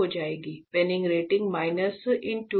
Penning rating minus into minus x power शुरू होगी